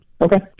Okay